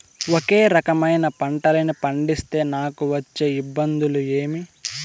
ఒకే రకమైన పంటలని పండిస్తే నాకు వచ్చే ఇబ్బందులు ఏమి?